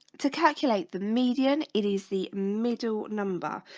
to calculate the median it is the middle number,